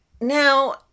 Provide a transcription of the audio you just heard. now